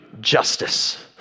justice